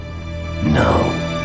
No